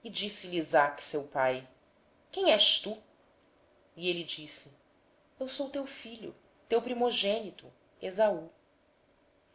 abençoe perguntou-lhe isaque seu pai quem és tu respondeu ele eu sou teu filho o teu primogênito esaú